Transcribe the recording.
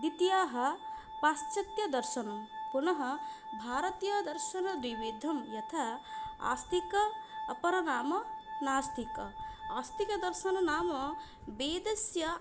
द्वितीयः पाश्चात्यदर्शनं पुनः भारतीयदर्शनं द्विविधं यथा आस्तिकः अपरनाम नास्तिकः आस्तिकदर्शनं नाम वेदस्य